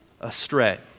astray